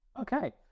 Okay